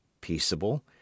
peaceable